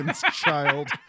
child